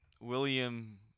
William